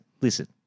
listen